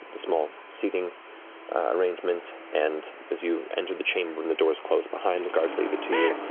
the small seating arrangement. and as you enter the chamber, and the doors closed behind, the guards leave it to you.